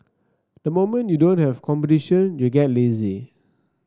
the moment you don't have competition you get lazy